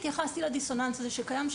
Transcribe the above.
התייחסתי לדיסוננס הזה שקיים,